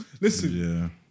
Listen